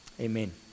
Amen